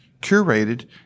curated